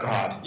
God